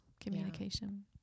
communication